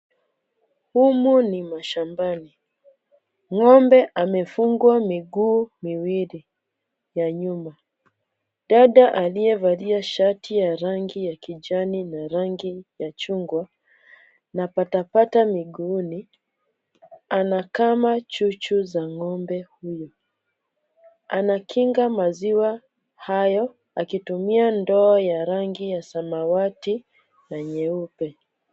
Humu ni mashambani. Ngombe amefungwa miguu miwili ya nyuma. Dada aliyevalia shati ya rangi ya kijani na rangi ya chungwa na patapata miguuni anakama chuchu za ngombe huyu. Anakinga maziwa hayo akitumia ndoo ya rangi ya samawati na nyeupe.